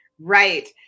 Right